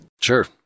Sure